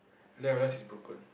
then realise it's broken